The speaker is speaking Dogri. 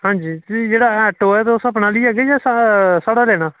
ते आं ऑटो तुस अपना लेई आह्गे जां साढ़ा लैनां